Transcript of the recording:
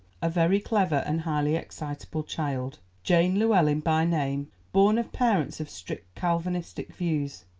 a very clever and highly excitable child, jane llewellyn by name, born of parents of strict calvinistic views.